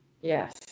Yes